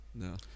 No